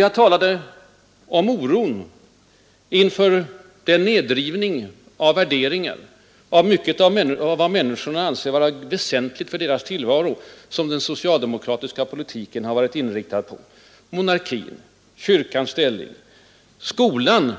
Jag talade nyss om de mångas oro inför den rasering av värderingar, av mycket av vad människorna anser vara väsentligt för sin tillvaro, som den socialdemokratiska politiken har varit inriktad på: monarkin, kyrkans ställning bl.a. Skolan